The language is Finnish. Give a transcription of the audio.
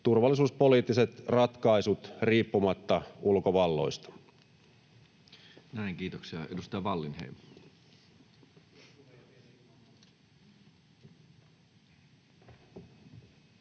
turvallisuuspoliittiset ratkaisut riippumatta ulkovalloista.